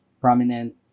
prominent